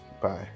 Bye